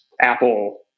Apple